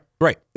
Right